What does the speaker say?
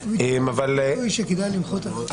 זה ביטוי שכדאי למחות עליו.